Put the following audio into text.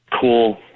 Cool